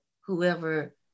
whoever